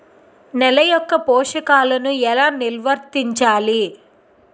నెల యెక్క పోషకాలను ఎలా నిల్వర్తించాలి